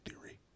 theory